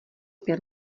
pět